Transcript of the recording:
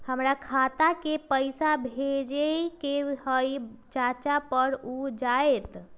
हमरा खाता के पईसा भेजेए के हई चाचा पर ऊ जाएत?